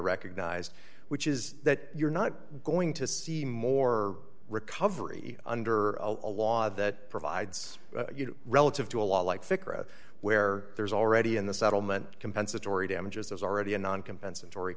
recognize which is that you're not going to see more recovery under a law that provides you relative to a law like figure out where there's already in the settlement compensatory damages there's already a non compensatory